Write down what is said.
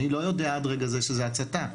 אני לא יודע עד רגע זה שזה הצתה.